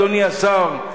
אדוני השר,